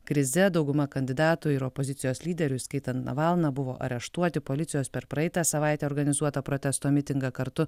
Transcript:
krize dauguma kandidatų ir opozicijos lyderių įskaitant navalną buvo areštuoti policijos per praeitą savaitę organizuotą protesto mitingą kartu